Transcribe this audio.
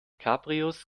cabrios